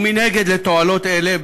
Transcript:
ומנגד לתועלות אלה,